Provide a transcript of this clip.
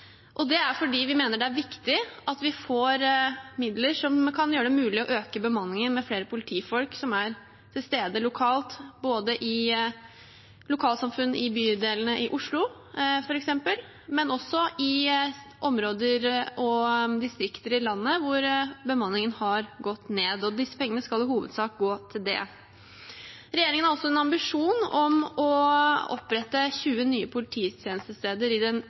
Det er fordi vi mener det er viktig at vi får midler som kan gjøre det mulig å øke bemanningen med flere politifolk som er til stede lokalt, i lokalsamfunn, i bydelene i Oslo f.eks., men også i områder og distrikter i landet hvor bemanningen har gått ned. Disse pengene skal i hovedsak gå til det. Regjeringen har også en ambisjon om å opprette 20 nye polititjenestesteder i den